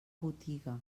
botiga